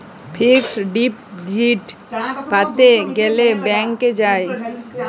fixed deposit প্যাতে গ্যালে ব্যাংকে যায়